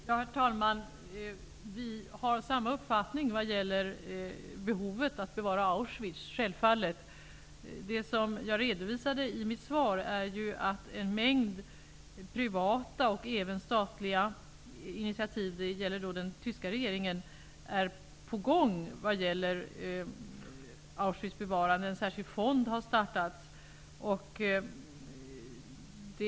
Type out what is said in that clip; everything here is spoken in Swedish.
Herr talman! Vi har samma uppfattning vad gäller behovet att bevara Auschwitz, självfallet. Jag redovisade i mitt svar att en mängd privata och även statliga -- från den tyska regeringen -- initiativ är på gång vad gäller Auschwitz bevarande. En särskild fond har startats.